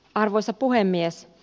arvoisa puhemies